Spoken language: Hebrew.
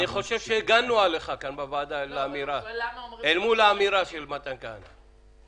אני חושב שהגנו עליך כאן בוועדה אל מול האמירה של מתן כהנא.